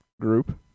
group